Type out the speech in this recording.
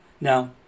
Now